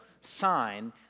sign